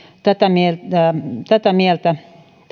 tätä mieltä